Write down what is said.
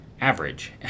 average